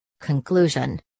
Conclusion